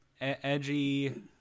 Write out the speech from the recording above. edgy